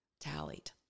tallied